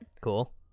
Cool